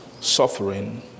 suffering